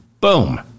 Boom